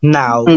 now